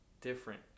different